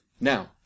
Now